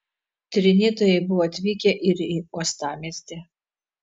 tyrinėtojai buvo atvykę ir į uostamiestį